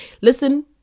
Listen